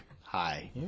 hi